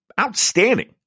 outstanding